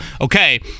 okay